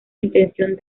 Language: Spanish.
intención